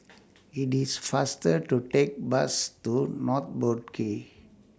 IT IS faster to Take Bus to North Boat Quay